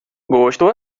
gosto